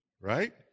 right